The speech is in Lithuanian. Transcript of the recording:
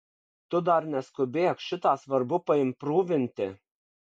tu dar neskubėk šitą svarbu paimprūvinti